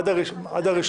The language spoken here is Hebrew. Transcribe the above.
מי בעד?